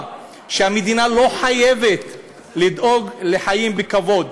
שהמדינה לא חייבת לדאוג לחיים בכבוד